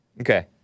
Okay